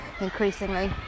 increasingly